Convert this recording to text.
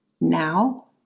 now